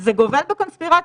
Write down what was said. זה גובל בקונספירציה,